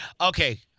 Okay